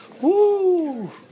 Woo